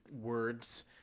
words